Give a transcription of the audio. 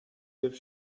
gift